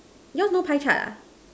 yours no pie chart ah